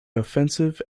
offensive